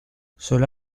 cela